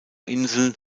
inseln